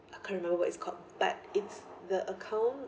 I can't remember what it's called but it's the account